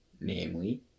namely